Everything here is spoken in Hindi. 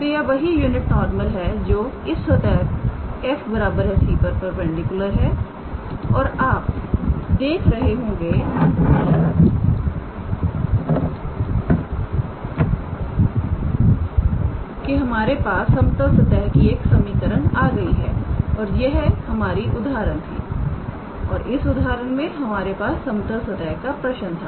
तो यह वही यूनिट नॉर्मल है जो इस सतह पर𝑓𝑥 𝑦 𝑧 𝑐 परपेंडिकुलर है और आप देख रहे होंगे कि हमारे पास समतल सतह की एक समीकरण आ गई है और यह हमारी उदाहरण थी और इस उदाहरण में हमारे पास समतल सतह का प्रश्न था